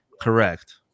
Correct